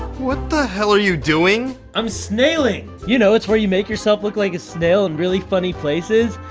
what the hell are you doing? i'm snailing. you know, it's where you make yourself look like a snail in really funny places.